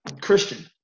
Christian